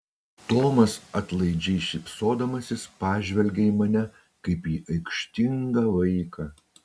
tomas atlaidžiai šypsodamasis pažvelgė į mane kaip į aikštingą vaiką